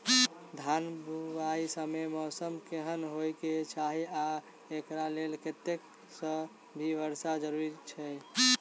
धान बुआई समय मौसम केहन होइ केँ चाहि आ एकरा लेल कतेक सँ मी वर्षा जरूरी छै?